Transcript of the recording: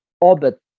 orbit